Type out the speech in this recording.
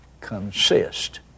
consist